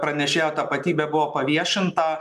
pranešėjo tapatybė buvo paviešinta